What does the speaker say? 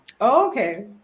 Okay